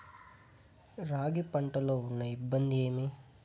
రాగి పంటలో ఉన్న ఇబ్బంది ఏమి?